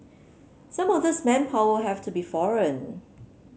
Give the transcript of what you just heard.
some of this manpower will have to be foreign